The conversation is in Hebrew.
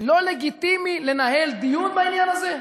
לא לגיטימי לנהל דיון בעניין הזה?